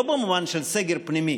לא במובן של סגר פנימי,